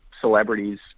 celebrities